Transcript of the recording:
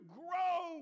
grow